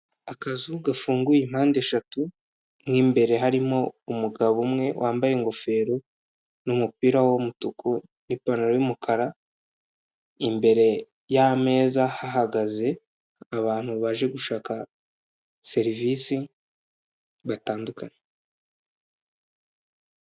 Akazu gafunguye impande esatu mo imbere harimo umugabo umwe wambaye ingofero n'umupira w'umutuku n'ipantaro y'umukara imbere y'ameza hahagaze abantu baje gushaka serivise batandukanye.